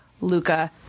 Luca